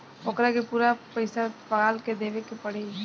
ओकरा के पूरा पईसा अस्पताल के देवे के पड़ी